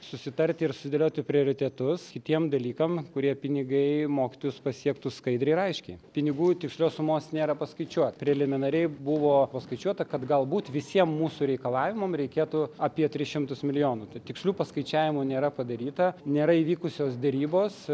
susitarti ir sudėlioti prioritetus kitiem dalykam kurie pinigai mokytojus pasiektų skaidriai ir aiški pinigų tikslios sumos nėra paskaičiuota preliminariai buvo paskaičiuota kad galbūt visiem mūsų reikalavimam reikėtų apie tris šimtus milijonų tai tikslių paskaičiavimų nėra padaryta nėra įvykusios derybos